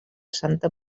santa